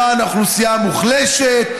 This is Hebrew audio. למען האוכלוסייה המוחלשת.